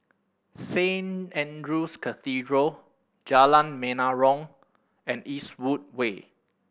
Saint Andrew's Cathedral Jalan Menarong and Eastwood Way